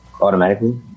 Automatically